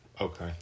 okay